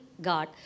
God